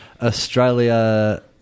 Australia